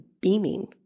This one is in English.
beaming